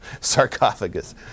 sarcophagus